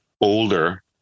older